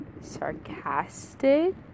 sarcastic